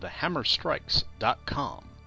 TheHammerStrikes.com